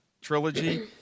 trilogy